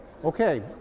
Okay